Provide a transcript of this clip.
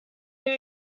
that